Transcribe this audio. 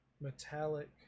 Metallic